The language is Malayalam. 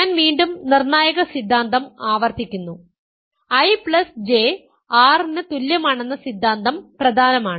ഞാൻ വീണ്ടും നിർണായക സിദ്ധാന്തം ആവർത്തിക്കുന്നു IJ R ന് തുല്യമാണെന്ന സിദ്ധാന്തം പ്രധാനമാണ്